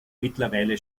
mittlerweile